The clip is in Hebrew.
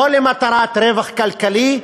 לא למטרת רווח כלכלי,